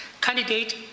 candidate